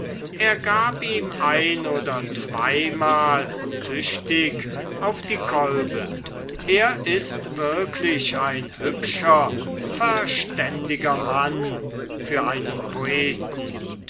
er gab ihm ein oder zweimal tüchtig auf den kolben er ist wirklich ein hübscher verständiger mann für einen poeten